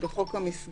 שמופיע בחוק המסגרת,